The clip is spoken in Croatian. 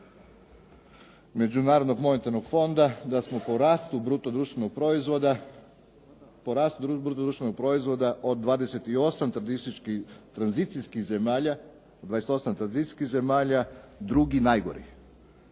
Međunarodnog monetarnog fonda da smo po rastu bruto društvenog proizvoda od 28 tranzicijskih zemalja drugi najgori,